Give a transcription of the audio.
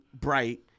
Bright